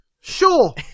Sure